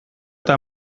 eta